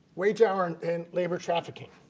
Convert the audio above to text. wage hour and and labor trafficking,